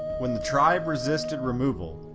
when the tribe resisted removal,